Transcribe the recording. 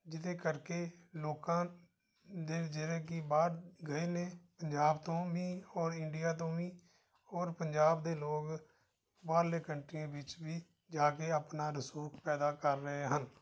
ਜਿਹਦੇ ਕਰਕੇ ਲੋਕਾਂ ਦੇ ਜਿਹੜੇ ਕਿ ਬਾਹਰ ਗਏ ਨੇ ਪੰਜਾਬ ਤੋਂ ਵੀ ਔਰ ਇੰਡੀਆ ਤੋਂ ਵੀ ਔਰ ਪੰਜਾਬ ਦੇ ਲੋਕ ਬਾਹਰਲੇ ਕੰਟਰੀਆਂ ਵਿੱਚ ਵੀ ਜਾ ਕੇ ਆਪਣਾ ਰਸੂਖ ਪੈਦਾ ਕਰ ਰਹੇ ਹਨ